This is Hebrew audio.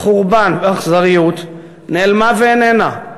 חורבן ואכזריות, נעלמה ואיננה.